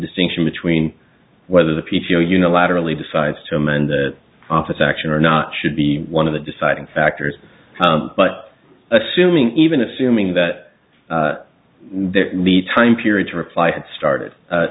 distinction between whether the p t o unilaterally decides to amend the office action or not should be one of the deciding factors but assuming even assuming that there needs time period to reply had started